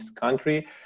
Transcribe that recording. country